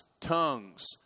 tongues